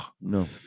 no